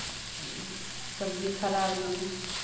सब्ज़ी खराब ना हो